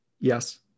Yes